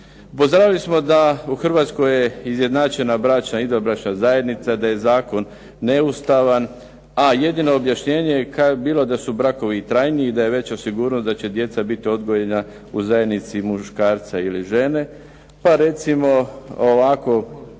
Pozdravili smo da je u Hrvatskoj izjednačena bračna i izvanbračna zajednica, da je zakon neustavan. A jedino objašnjenje bilo da su brakovi trajniji, da je veća sigurnost da će djeca biti odgojena u zajednici muškarca ili žene.